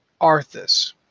Arthas